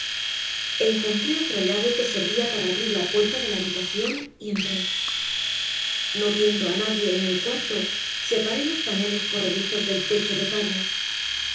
encontré otra llave que servía para abrir la puerta de la habitación y entré no viendo a nadie en el cuarto separé los paneles corredizos del lecho de tablas